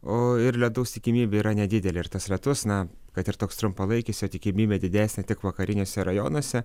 o ir lietaus tikimybė yra nedidelė ir tas lietus na kad ir toks trumpalaikis jo tikimybė didesnė tik vakariniuose rajonuose